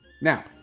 Now